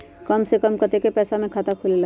कम से कम कतेइक पैसा में खाता खुलेला?